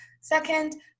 Second